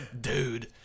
Dude